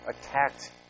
attacked